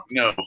no